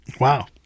Wow